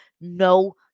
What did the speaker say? no